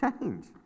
change